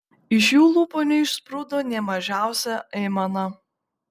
iš jų lūpų neišsprūdo nė mažiausia aimana